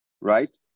Right